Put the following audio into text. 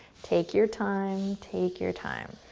take your time, take your time.